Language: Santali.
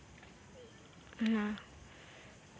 ᱚᱱᱟ